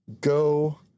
go